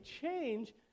change